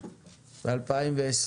ב-2020,